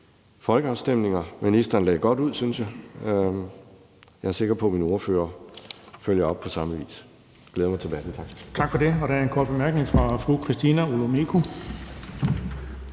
folkeafstemninger. Ministeren lagde godt ud, synes jeg. Jeg er sikker på, at ordførerne følger op på samme vis. Jeg glæder mig til debatten. Tak. Kl. 21:08 Den fg. formand (Erling Bonnesen): Tak for det. Der er en kort bemærkning fra fru Christina Olumeko.